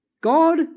God